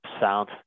sound